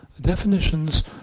Definitions